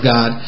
God